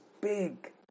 big